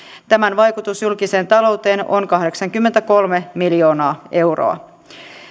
tämän vaikutus julkiseen talouteen on kahdeksankymmentäkolme miljoonaa euroa